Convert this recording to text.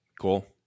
Cool